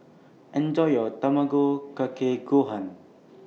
Enjoy your Tamago Kake Gohan